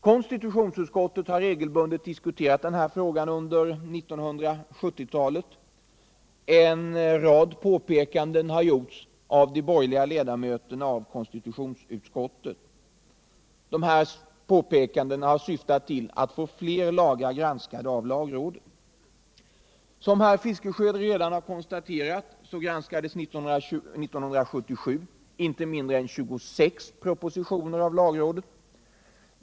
Konstitutionsutskottet har regelbundet diskuterat frågan under 1970-talet. De borgerliga ledamöterna i konstitutionsutskottet har gjort en rad påpekanden som syftat till att få fler lagar granskade av lagrådet. Som Bertil Fiskesjö har konstaterat granskades 1977 inte mindre än 26 propositioner av lagrådet.